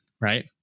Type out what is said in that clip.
Right